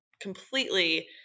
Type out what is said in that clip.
completely